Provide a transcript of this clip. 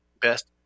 best